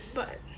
but